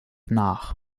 nach